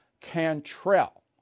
Cantrell